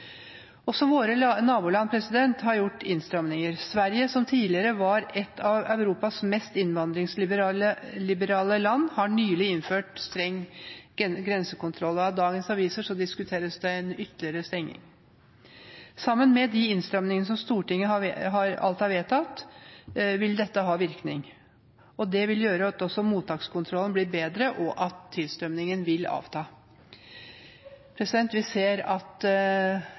Også våre naboland har gjort innstramninger. Sverige, som tidligere var et av Europas mest innvandringsliberale land, har nylig innført streng grensekontroll. Ifølge dagens aviser diskuteres det ytterligere stenging. Sammen med de innstramningene som Stortinget alt har vedtatt, vil dette ha virkning. Det vil gjøre at også mottakskontrollen blir bedre, og at tilstrømningen vil avta. Vi ser at